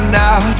now